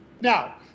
Now